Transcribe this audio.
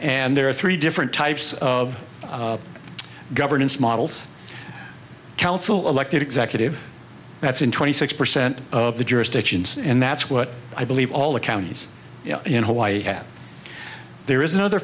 and there are three different types of governance models council elected executive that's in twenty six percent of the jurisdictions and that's what i believe all the counties in hawaii have there is another